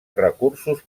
recursos